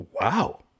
wow